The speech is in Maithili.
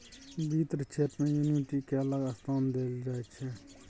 बित्त क्षेत्र मे एन्युटि केँ अलग स्थान देल जाइ छै